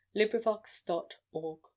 LibriVox.org